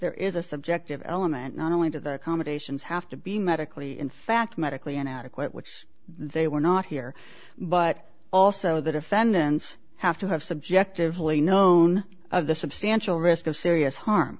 there is a subjective element not only to the accommodations have to be medically in fact medically inadequate which they were not here but also the defendants have to have subjectively known of the substantial risk of serious harm